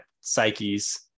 psyches